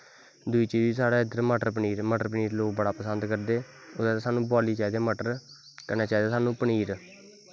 दुई चीच साढ़ै इद्धर मटर पनीर मटर पनीर साढ़ै इद्धर लोग बड़ा पसंद करदे सानूं बोआलने चाहिदे मटर कन्नै चाहिदा सानूं पनीर